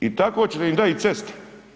I tako ćete im dati i ceste.